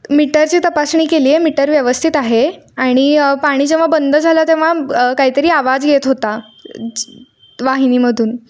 मीटरची तपासणी केली आहे मीटर व्यवस्थित आहे आणि पाणी जेव्हा बंद झालं तेव्हा काहीतरी आवाज येत होता वाहिनीमधून